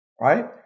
right